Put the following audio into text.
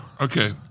Okay